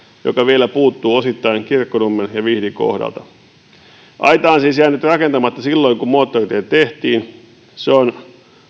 joka vielä puuttuu osittain kirkkonummen ja vihdin kohdalta aita on siis jäänyt rakentamatta silloin kun moottoritie tehtiin se on